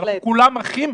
כולם אחים,